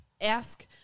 Ask